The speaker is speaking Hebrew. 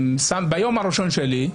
ביום הראשון שלי,